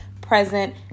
present